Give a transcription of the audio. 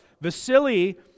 Vasily